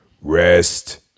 Rest